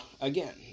Again